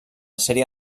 sèrie